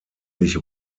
sich